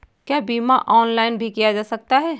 क्या बीमा ऑनलाइन भी किया जा सकता है?